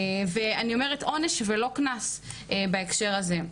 אני אומרת עונש ולא קנס בהקשר הזה.